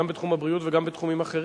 גם בתחום הבריאות וגם בתחומים אחרים.